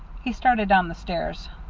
he started down the stairs.